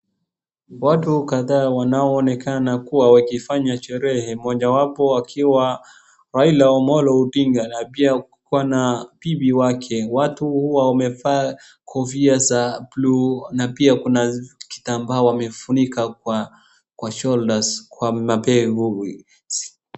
Watu kadhaa wanaonekana kuwa wakifanya sherehe mojawapo akiwa Raila Amollo Odinga na pia kuwa na bibi wake. Watu wamevaa kofia za blue na pia kuna kitambaa wamefunika kwa shoulders , kwa mabega.